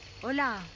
hola